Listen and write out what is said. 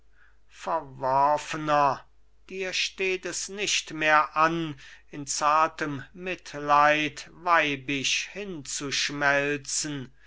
verworfener dir steht es nicht mehr an in zartem mitleid weibisch hinzuschmelzen